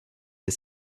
des